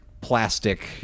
plastic